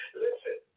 listen